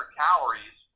calories